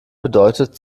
bedeutet